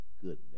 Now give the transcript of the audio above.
goodness